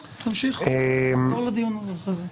טוב, תמשיך, נחזור לדיון הזה אחר כך.